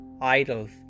idols